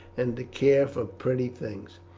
and to care for pretty things.